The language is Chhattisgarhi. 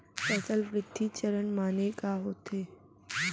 फसल वृद्धि चरण माने का होथे?